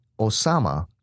Osama